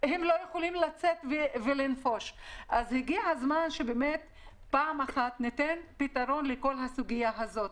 התהליך הזה, אנשים פשוט משתגעים במדינה הזאת.